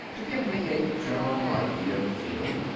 to give me a general idea of the field.